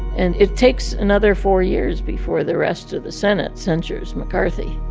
and it takes another four years before the rest of the senate censures mccarthy,